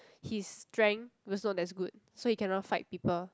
his strength was not as good so he cannot fight people